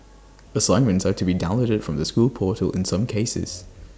assignments are to be downloaded from the school portal in some cases